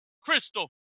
Crystal